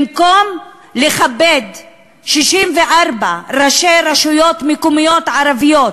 במקום לכבד 64 ראשי רשויות מקומיות ערביות,